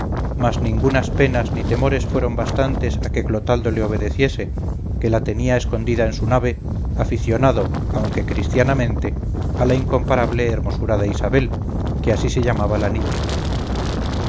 mas ningunas penas ni temores fueron bastantes a que clotaldo le obedeciese que la tenía escondida en su nave aficionado aunque christianamente a la incomparable hermosura de isabel que así se llamaba la niña